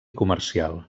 comercial